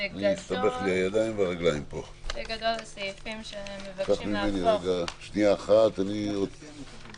בגדול שהסעיפים שהם מבקשים להפוך לעבירות קנס הם סעיפים די סטנדרטיים.